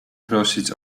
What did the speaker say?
prosić